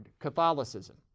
Catholicism